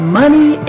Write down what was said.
money